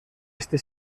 este